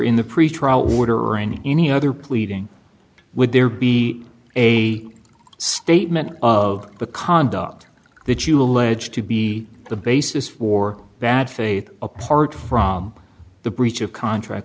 in any other pleading would there be a statement of the conduct that you allege to be the basis for bad faith apart from the breach of contract